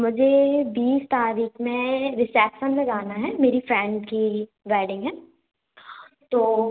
मुझे बीस तारीख में रिसेप्सन में जाना है मेरी फ़्रेंड की वैडिंग है तो